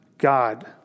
God